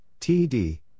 Td